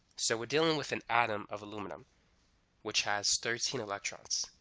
so we're dealing with an atom of aluminum which has thirteen electrons.